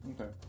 Okay